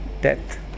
death